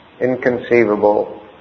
Inconceivable